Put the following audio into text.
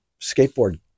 skateboard